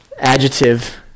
adjective